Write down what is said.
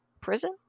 prison